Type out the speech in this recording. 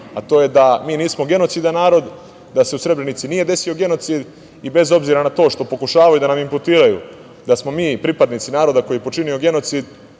a to je da mi nismo genocidan narod, da se u Srebrenici nije desio genocid i bez obzira na to što pokušavaju da nam imputiraju da smo mi pripadnici naroda koji je počinio genocid